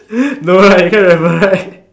no right you cannot remember right